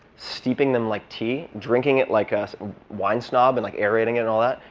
steeping them like tea, drinking it like a wine snob and like aerating it and all that,